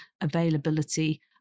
availability